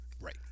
Right